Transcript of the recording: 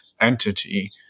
entity